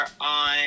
on